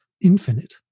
infinite